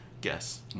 guess